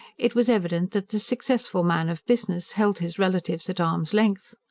it was evident that the successful man of business held his relatives at arm's length.